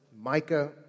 Micah